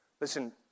Listen